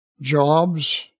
jobs